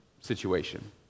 situation